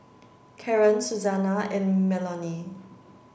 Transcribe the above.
Karren Suzanna and Melony